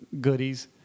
goodies